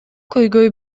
көйгөй